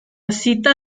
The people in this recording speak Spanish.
cita